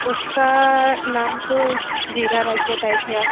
उसका नाम तो ज़ीरा राइस बताई थी आप